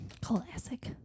classic